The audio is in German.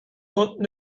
unten